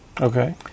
Okay